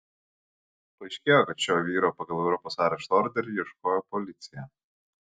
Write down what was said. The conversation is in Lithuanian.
paaiškėjo kad šio vyro pagal europos arešto orderį ieškojo policija